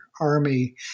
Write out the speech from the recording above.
army